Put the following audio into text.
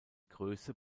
größe